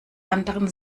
anderen